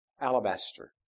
alabaster